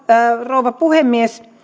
rouva puhemies